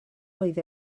oedd